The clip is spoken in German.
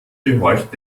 gehorcht